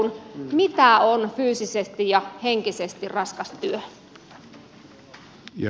mitä on fyysisesti ja henkisesti raskas työ